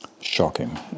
shocking